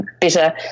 better